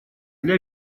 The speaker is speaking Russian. для